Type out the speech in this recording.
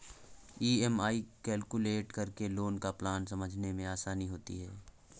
EMI calculate करके loan का plan समझने में आसानी होती है